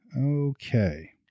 Okay